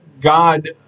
God